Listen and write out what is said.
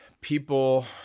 people